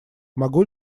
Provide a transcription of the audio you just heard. могу